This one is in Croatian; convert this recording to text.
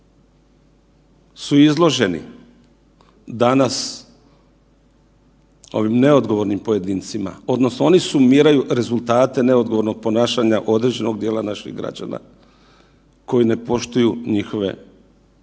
su izloženi danas ovim neodgovornim pojedincima, odnosno oni sumiraju rezultate neodgovornog ponašanja određenog dijela naših građana koji ne poštuju njihove